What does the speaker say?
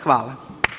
Hvala.